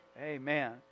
Amen